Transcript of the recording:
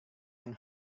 yang